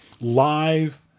live